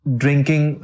drinking